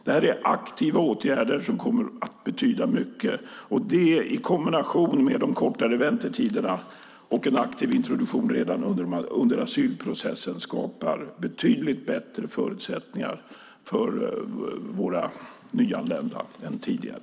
Det här är aktiva åtgärder som kommer att betyda mycket, och det i kombination med de kortare väntetiderna och en aktiv introduktion redan under asylprocessen skapar betydligt bättre förutsättningar för våra nyanlända än tidigare.